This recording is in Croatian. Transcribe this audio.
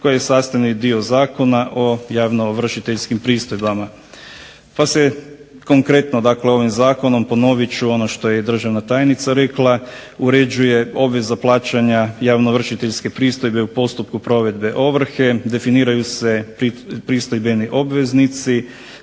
koji je sastavni dio Zakona o javnoovršiteljskim pristojbama. Pa se konkretno, dakle ovim Zakonom ponovit ću ono što je i državna tajnica rekla uređuje obveza plaćanja javnoovršiteljske pristojbe u postupku provedbe ovrhe, definiraju se pristojbeni obveznici.